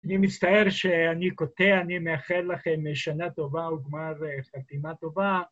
אני מצטער שאני קוטע, אני מאחל לכם שנה טובה וגמר חתימה טובה.